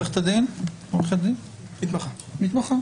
ההוראה הזאת לא נוגעת רק למפלגות, היא נוגעת